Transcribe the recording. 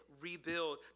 rebuild